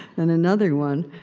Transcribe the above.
and another one,